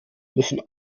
müssen